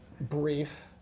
brief